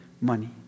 money